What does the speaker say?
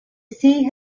sea